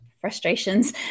frustrations